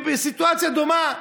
בסיטואציה דומה,